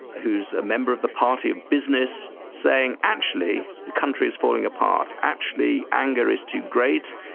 who is a member of the party of business, saying actually the country is falling apart, actually anger is too great.